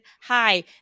hi